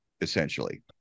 essentially